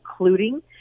including